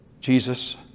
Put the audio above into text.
Jesus